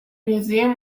museum